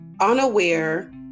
unaware